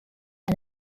and